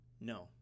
No